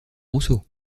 rousseau